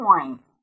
point